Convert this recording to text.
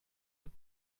mit